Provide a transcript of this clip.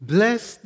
Bless